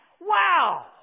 Wow